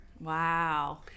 Wow